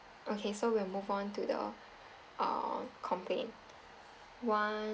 okay so we'll move on to the uh complaint one